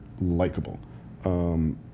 likable